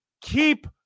keep